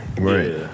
Right